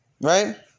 Right